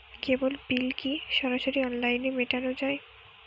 কেবল bill কি সরাসরি অনলাইনে মেটানো য়ায়?